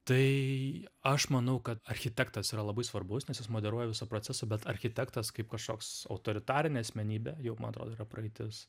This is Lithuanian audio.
tai aš manau kad architektas yra labai svarbus nes jis moderuoja visą procesą bet architektas kaip kažkoks autoritarinė asmenybė jau man atrodo yra praeitis